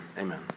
Amen